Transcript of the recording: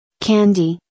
Candy